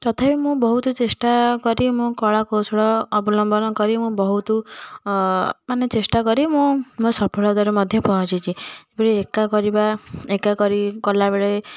ତଥାବି ମୁଁ ବହୁତ ଚେଷ୍ଟାକରି ମୁଁ କଳାକୌଶଳ ଅବଲମ୍ବନ କରି ମୁଁ ବହୁତ ଅ ମାନେ ଚେଷ୍ଟା କରି ମୁଁ ମୋ ସଫଳତରେ ମଧ୍ୟ ପହଞ୍ଚିଛି ପୁଣି ଏକା କରିବା ଏକା କରି କଲାବେଳେ